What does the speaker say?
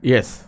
Yes।